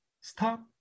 Stop